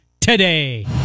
today